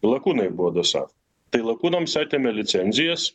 lakūnai buvo dosafo tai lakūnams atėmė licenzijas